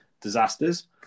disasters